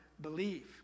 Believe